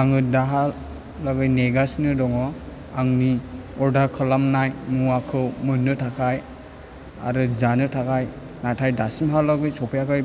आङो दाहालागै नेगासिनो दङ आंनि अर्दार खालामनाय मुवाखौ मोन्नो थाखाय आरो जानो थाखाय नाथाय दासिमहालागै सफैयाखै